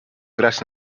grać